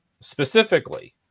specifically